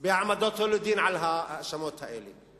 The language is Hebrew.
בהעמדתו לדין על ההאשמות האלה.